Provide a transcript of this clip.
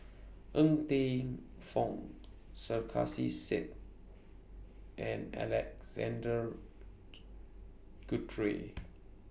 Ng Teng Fong Sarkasi Said and Alexander Guthrie